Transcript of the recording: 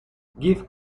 give